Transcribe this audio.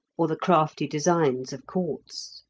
or the crafty designs of courts.